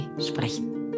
sprechen